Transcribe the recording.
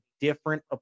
different